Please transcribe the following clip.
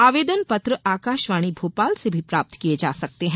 आवेदन पत्र आकाशवाणी भोपाल से भी प्राप्त किये जा सकते हैं